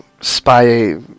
spy